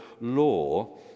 law